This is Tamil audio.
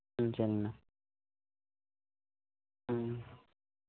ம் சரிங்கண்ணா ம்